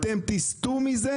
אתם תסטו מזה,